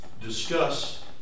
discuss